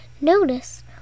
notice